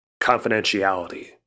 confidentiality